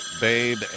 Babe